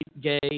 gay